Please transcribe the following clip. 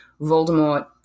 voldemort